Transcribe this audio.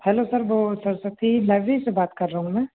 hello sir वो Saraswati library से बात कर रहा हूँ मैं